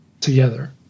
together